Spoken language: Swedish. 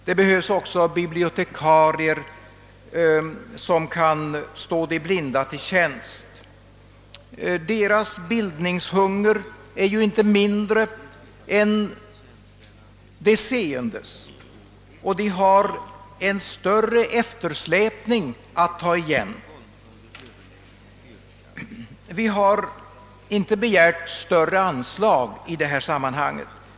Det behövs även bibliotekarier, som kan stå de blinda till tjänst. De blindas bildningshunger är ju inte mindre än de seendes och de har en större eftersläpning att ta igen. Vi har inte begärt något stort kulturanslag i detta sammanhang.